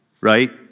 Right